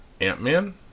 Ant-Man